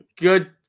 good